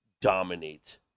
dominate